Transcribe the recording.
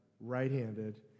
right-handed